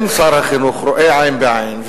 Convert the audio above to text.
אם שר החינוך רואה עין בעין,